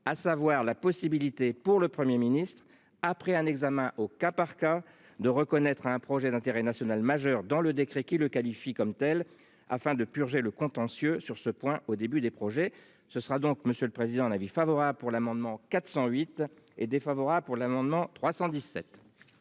à savoir la possibilité pour le Premier ministre après un examen au cas par cas de reconnaître à un projet d'intérêt national majeur dans le décret qui le qualifie comme telle afin de purger le contentieux sur ce point. Au début des projets. Ce sera donc Monsieur le Président, un avis favorable pour l'amendement 408 est défavorable pour l'amendement 317.